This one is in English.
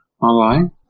Online